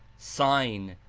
sign,